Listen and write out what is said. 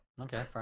Okay